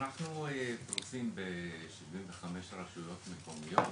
אנחנו עושים ב-75 רשויות מקומיות,